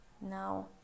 now